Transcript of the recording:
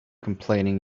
complaining